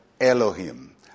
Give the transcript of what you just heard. Elohim